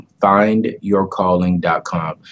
findyourcalling.com